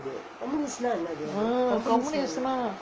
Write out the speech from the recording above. mm communist னா:naa